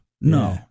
No